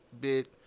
bit